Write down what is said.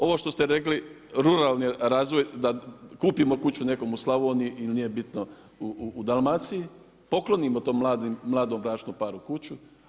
Ovo što ste rekli ruralni razvoj da kupimo kuću nekom u Slavoniji ili nije bitno, u Dalmaciji, poklonimo tom mladom bračnom paru kuću.